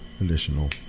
additional